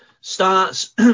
starts